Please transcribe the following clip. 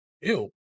Ew